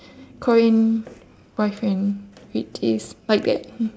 korean boyfriend which is like that